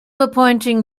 appointing